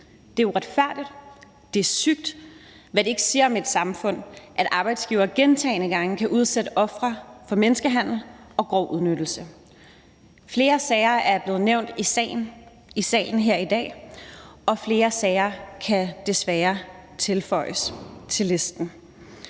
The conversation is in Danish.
Det er uretfærdigt, det er sygt – hvad siger det ikke om et samfund, at arbejdsgivere gentagne gange kan udsætte mennesker for menneskehandel og grov udnyttelse? Flere sager er blevet nævnt i salen her i dag, og flere sager kan desværre føjes til listen.